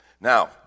Now